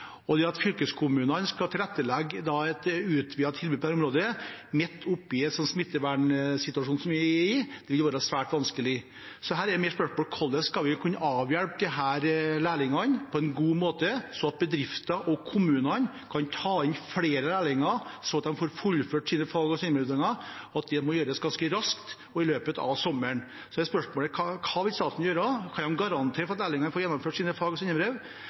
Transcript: i, vil være svært vanskelig. Hvordan skal vi avhjelpe disse lærlingene på en god måte, slik at bedrifter og kommunene kan ta inn flere lærlinger og de får fullført sine fagutdanninger? Det må gjøres ganske raskt og i løpet av sommeren. Spørsmålet er: Hva vil statsråden gjøre? Kan man garantere for at lærlingene får gjennomført sine fag- og